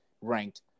ranked